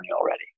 already